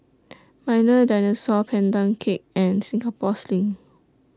Milo Dinosaur Pandan Cake and Singapore Sling